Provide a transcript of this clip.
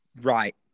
Right